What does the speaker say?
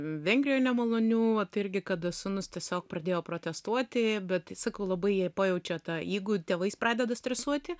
vengrijoj nemalonių irgi kada sūnus tiesiog pradėjo protestuoti bet sakau labai jie pajaučia tą jeigu dievais pradeda stresuoti